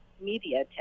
media